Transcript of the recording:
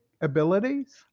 abilities